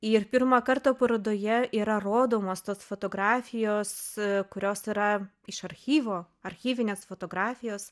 ir pirmą kartą parodoje yra rodomos tos fotografijos kurios yra iš archyvo archyvinės fotografijos